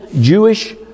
Jewish